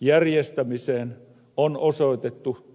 järjestämiseen on osoitettu kiinteä määräraha